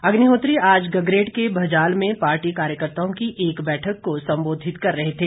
अग्निहोत्री आज गगरेट के भजाल में पार्टी कार्यकर्ताओं की एक बैठक को संबोधित कर रहे थे